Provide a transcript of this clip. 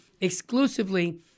exclusively